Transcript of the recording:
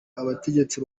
abategetsi